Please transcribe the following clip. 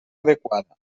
adequada